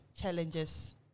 challenges